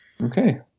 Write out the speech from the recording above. Okay